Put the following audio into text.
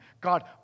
God